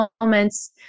moments